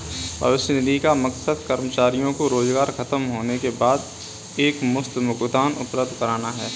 भविष्य निधि का मकसद कर्मचारियों को रोजगार ख़तम होने के बाद एकमुश्त भुगतान उपलब्ध कराना है